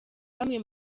bamwe